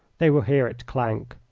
they will hear it clank.